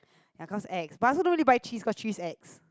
ya cause ex but I don't really buy cheese cause cheese ex